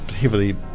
heavily